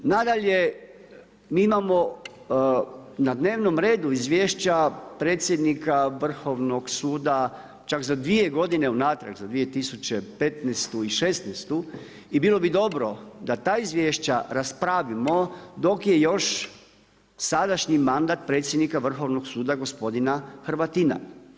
Nadalje, mi imamo na dnevnom redu izvješća predsjednika Vrhovnog suda čak za dvije godine unatrag za 2015. i šesnaestu i bilo bi dobro da ta izvješća raspravimo dok je još sadašnji mandat predsjednika Vrhovnog suda gospodina Hrvatina.